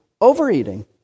Overeating